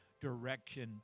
direction